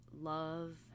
love